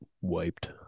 wiped